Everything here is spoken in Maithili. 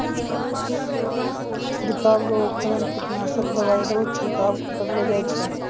छिड़काव रो उपकरण कीटनासक दवाइ रो छिड़काव करलो जाय छै